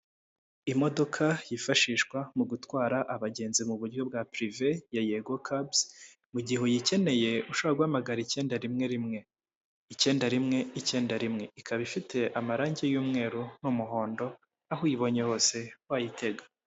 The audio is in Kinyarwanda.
Imodoka yifashishwa mu gutwara abagenzi mu buryo bwa pirive ya Yego kabuzi, mu gihe uyikeneye ushobora guhamagara icyenda, rimwe rimwe, icyenda rimwe, icyenda rimwe, ikaba ifite amarangi y'Umweru n'umuhondo, aho uyibonye hose wayitega.